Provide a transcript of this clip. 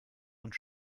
und